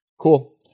Cool